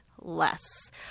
less